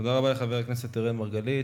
תודה רבה לחבר הכנסת אראל מרגלית.